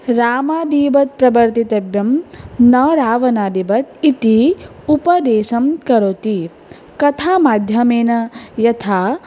रामादिवत् प्रवर्तितव्यं न रावणादिवत् इति उपदेशं करोति कथामाध्यमेन यथा